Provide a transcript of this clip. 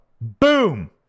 Boom